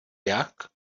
jak